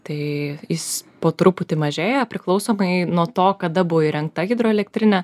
tai jis po truputį mažėja priklausomai nuo to kada buvo įrengta hidroelektrinė